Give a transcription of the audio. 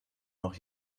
noch